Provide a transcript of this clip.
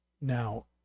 Now